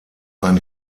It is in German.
ein